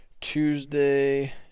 Tuesday